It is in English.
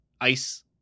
ice